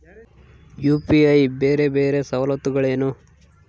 UPI ಬೇರೆ ಬೇರೆ ಸವಲತ್ತುಗಳೇನು?